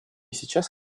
сейчас